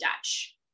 dutch